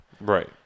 Right